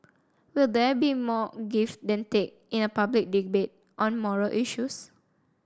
will there be more give than take in a public debate on moral issues